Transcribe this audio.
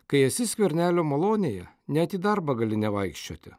kai esi skvernelio malonėje net į darbą gali nevaikščioti